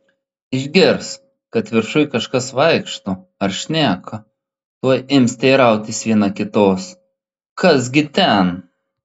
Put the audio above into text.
išgirs kad viršuj kažkas vaikšto ar šneka tuoj ims teirautis viena kitos kas gi ten